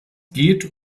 geht